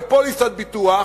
בפוליסת ביטוח,